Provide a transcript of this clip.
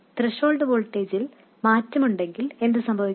threshold വോൾട്ടേജിൽ മാറ്റമുണ്ടെങ്കിൽ എന്ത് സംഭവിക്കും